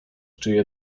czyje